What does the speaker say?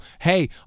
hey